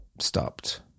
stopped